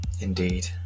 Indeed